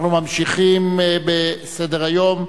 אנחנו ממשיכים בסדר-היום,